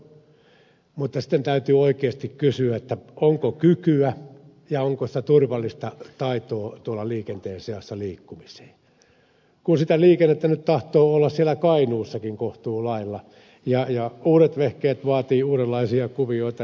mutta sitten täytyy oikeasti kysyä onko kykyä ja onko sitä turvallista taitoa tuolla liikenteen seassa liikkumiseen kun sitä liikennettä nyt tahtoo olla siellä kainuussakin kohtuulailla ja uudet vehkeet vaativat uudenlaisia kuvioita